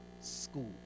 school